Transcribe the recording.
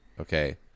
okay